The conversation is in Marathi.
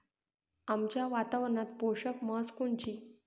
आमच्या वातावरनात पोषक म्हस कोनची?